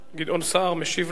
גדעון סער משיב לך,